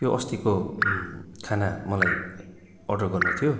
त्यो अस्तिको खाना मलाई अर्डर गर्नु थियो